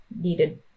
needed